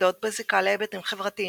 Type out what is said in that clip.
מתמקדות בזיקה להיבטים חברתיים,